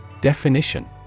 Definition